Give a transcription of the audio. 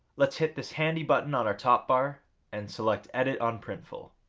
let's hit this handy button on our top bar and select edit on printful.